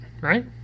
right